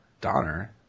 Donner